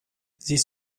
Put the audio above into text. these